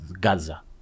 Gaza